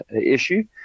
issue